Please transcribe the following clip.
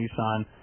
Nissan